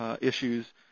issues